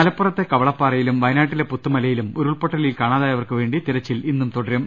മലപ്പുറത്തെ കവളപ്പാറയിലും വയനാട്ടിലെ പുത്തുമലയിലും ഉരുൾപ്പൊട്ടലിൽ കാണാതായവർക്ക് വേണ്ടി തിരച്ചിൽ ഇന്നും തുട രും